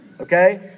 okay